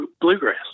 Bluegrass